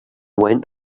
went